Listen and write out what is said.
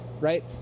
Right